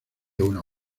una